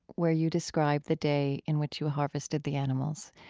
where you describe the day in which you harvested the animals,